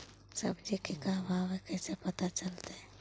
सब्जी के का भाव है कैसे पता चलतै?